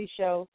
show